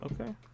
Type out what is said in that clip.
Okay